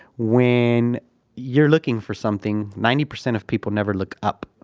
when you're looking for something ninety percent of people never look up,